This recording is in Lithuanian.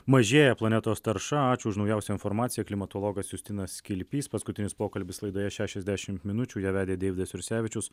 mažėja planetos tarša ačiū už naujausią informaciją klimatologas justinas kilpys paskutinis pokalbis laidoje šešiasdešimt minučių ją vedė deividas jursevičius